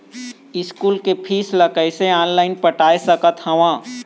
School के fees ला कैसे ऑनलाइन पटाए सकत हव?